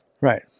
Right